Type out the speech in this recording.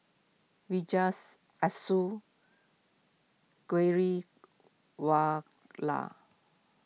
Vijesh Ashok Ghariwala